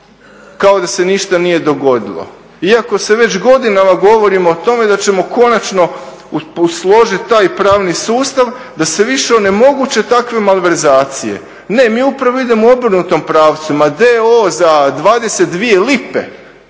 kao da se ništa nije dogodilo iako već godinama govorimo o tome da ćemo konačno složiti taj pravni sustav da se više onemoguće takve malverzacije. Ne, mi upravo idemo u obrnutom pravcu, ma d.o.o. za 22 lipe